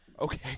Okay